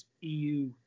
EU